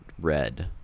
red